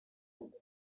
uko